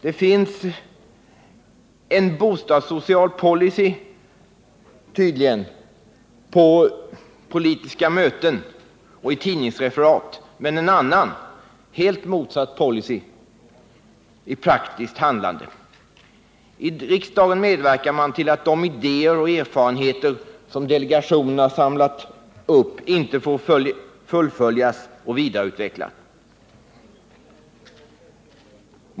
Det finns tydligen en bostadssocial policy på politiska möten och i tidningsreferat, men en helt annan och motsatt policy i praktiskt handlande. I riksdagen medverkar man till att de idéer och erfarenheter som delegationerna har samlat upp inte får fullföljas och vidareutvecklas.